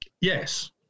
Yes